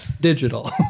digital